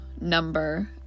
number